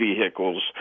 vehicles